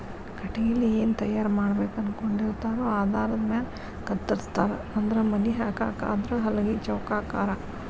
ಕಟಗಿಲೆ ಏನ ತಯಾರ ಮಾಡಬೇಕ ಅನಕೊಂಡಿರತಾರೊ ಆಧಾರದ ಮ್ಯಾಲ ಕತ್ತರಸ್ತಾರ ಅಂದ್ರ ಮನಿ ಹಾಕಾಕ ಆದ್ರ ಹಲಗಿ ಚೌಕಾಕಾರಾ